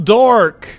dark